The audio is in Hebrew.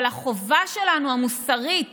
אבל החובה המוסרית